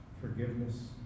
forgiveness